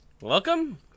welcome